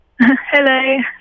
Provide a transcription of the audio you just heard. Hello